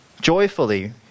joyfully